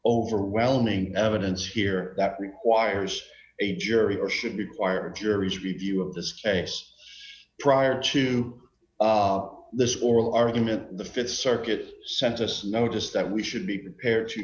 overwhelming evidence here that requires a jury or should require juries review of this case prior to the oral argument the th circuit sent us notice that we should be prepared to